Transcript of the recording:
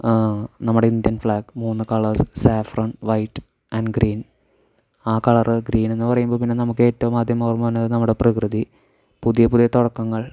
നമ്മുടെ Indian flag മൂന്ന് colours saffron white and green ആ കളർ ഗ്രീൻ എന്ന് പറയുമ്പോൾ പിന്നെ നമുക്ക് ഏറ്റവും ആദ്യം ഓർമ്മ വരുന്നത് നമ്മുടെ പ്രകൃതി പുതിയ പുതിയ തുടക്കങ്ങൾ